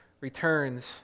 returns